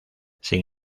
sin